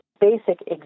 basic